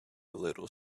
little